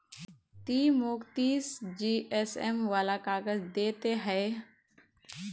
ती मौक तीस जीएसएम वाला काग़ज़ दे ते हैय्